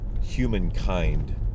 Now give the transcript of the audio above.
humankind